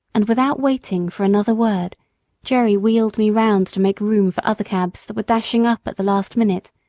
and without waiting for another word jerry wheeled me round to make room for other cabs that were dashing up at the last minute,